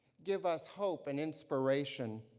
give us hope and inspiration,